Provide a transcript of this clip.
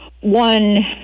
one